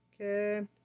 Okay